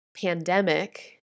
pandemic